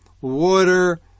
Water